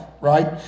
right